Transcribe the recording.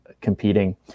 competing